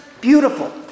beautiful